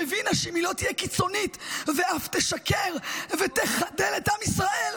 שהבינה שאם היא לא תהיה קיצונית ואף תשקר ותְחַדֵל את עם ישראל,